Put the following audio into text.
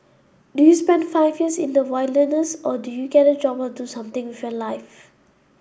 do you spend five years in the wilderness or do you get a job or do something with your life